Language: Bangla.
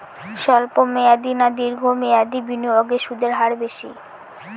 স্বল্প মেয়াদী না দীর্ঘ মেয়াদী বিনিয়োগে সুদের হার বেশী?